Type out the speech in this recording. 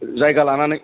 जायगा लानानै